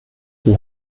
die